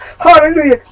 hallelujah